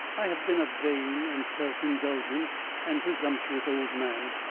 i have been a vain and self-indulgent and presumptuous old man.